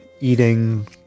eating